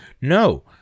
No